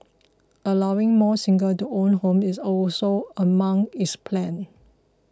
allowing more singles to own homes is also among its plans